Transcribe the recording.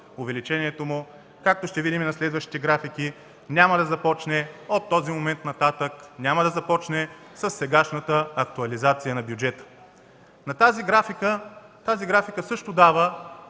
държавния дълг, както ще видим на следващите графики, няма да започне от този момент нататък, няма да започне със сегашната актуализация на бюджета. Тази графика също дава